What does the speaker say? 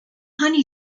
honey